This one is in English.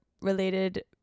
related